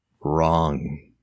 Wrong